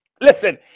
Listen